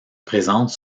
présente